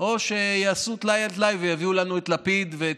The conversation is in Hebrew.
או שיעשו טלאי על טלאי ויביאו לנו את לפיד ואת